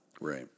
Right